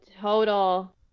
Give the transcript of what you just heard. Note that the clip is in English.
total